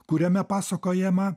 kuriame pasakojama